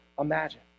imagine